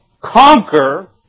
conquer